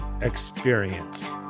experience